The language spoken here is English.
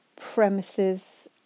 premises